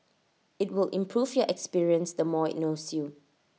IT will improve your experience the more IT knows you